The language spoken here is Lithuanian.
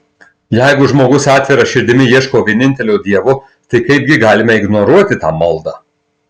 jeigu žmogus atvira širdimi ieško vienintelio dievo tai kaipgi galime ignoruoti tą maldą